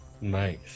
Nice